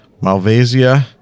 Malvasia